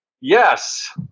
yes